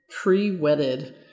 Pre-wedded